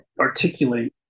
articulate